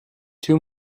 two